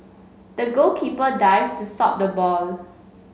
the goalkeeper dived to stop the ball